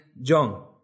Jong